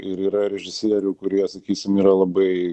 ir yra režisierių kurie sakysim yra labai